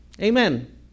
Amen